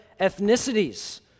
ethnicities